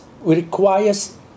requires